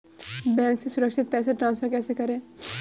Bank से सुरक्षित पैसे ट्रांसफर कैसे करें?